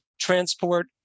transport